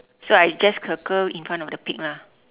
so I just circle in front of the pig lah